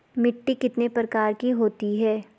मिट्टी कितने प्रकार की होती है?